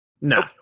No